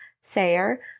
Sayer